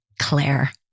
Claire